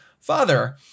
father